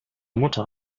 mutter